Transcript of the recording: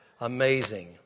Amazing